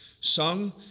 sung